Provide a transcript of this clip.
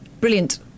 Brilliant